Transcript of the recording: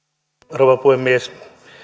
rouva puhemies